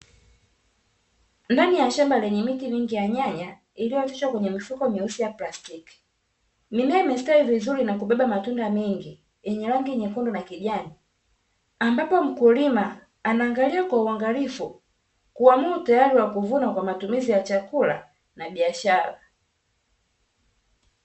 Ndani ya shamba lenye miti mingi ya nyanya, iliyooteshwa kwenye mifuko meusi ya plastiki. Mimea imestawi vizuri na kubeba matunda mengi yenye rangi nyekundu na kijani, ambapo mkulima anaangalia kwa uangalifu kuamua utayari wa kuvuna kwa matumizi ya chakula na biashara.